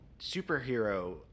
superhero